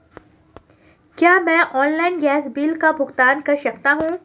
क्या मैं online gas bill का भुगतान कर सकता हूँ?